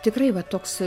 tikrai va toks